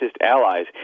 allies